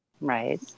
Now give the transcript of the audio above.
Right